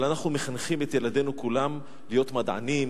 אבל אנחנו מחנכים את ילדינו כולם להיות מדענים,